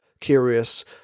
curious